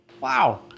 Wow